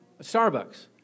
Starbucks